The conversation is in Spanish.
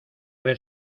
ver